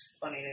funny